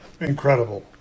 Incredible